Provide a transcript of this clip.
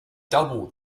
double